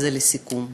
וזה לסיכום: